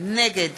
נגד